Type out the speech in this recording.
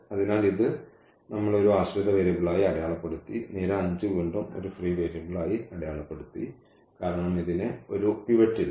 അതിനാൽ ഇത് നമ്മൾ ഒരു ആശ്രിത വേരിയബിളായി അടയാളപ്പെടുത്തി നിര 5 വീണ്ടും ഒരു ഫ്രീ വേരിയബിളായി അടയാളപ്പെടുത്തി കാരണം ഇതിന് ഒരു പിവറ്റ് ഇല്ല